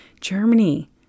Germany